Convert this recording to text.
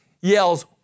yells